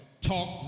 talk